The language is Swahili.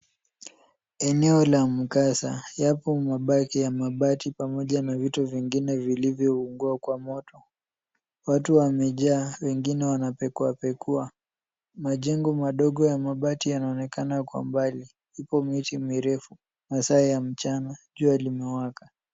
Eneo la mkaza, yapo mabaki ya mabati pamoja na vitu vingine vilivyoungua kwa moto. Watu wamejaa wengine wanapekuapekua. Majengo madogo ya mabati yanaonekana kwa mbali. Ipo miti mirefu masaa ya mchana jua limewaka.